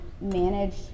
manage